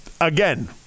Again